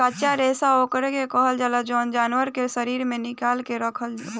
कच्चा रेशा ओकरा के कहल जाला जवन जानवर के शरीर से निकाल के रखल होखे